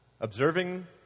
Observing